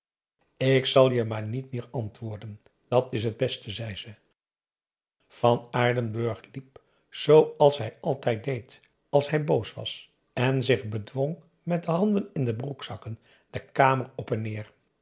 ik zal je maar niet meer antwoorden dat is t beste zei ze van aardenburg liep zooals hij altijd deed als hij boos was en zich bedwong met de handen in de broekzakken de kamer op en neer